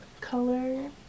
color